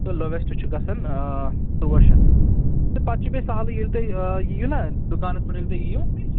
تہٕ لوویسٹ چھُ گژھان ترٛواہ شیٚتھ تہٕ پَتہٕ چھُ بیٚیہِ سَہلٕے ییٚلہِ تُہۍ یِیِو نا دُکانَس پیٚٹھ ییٚلہِ تُہۍ یِیِو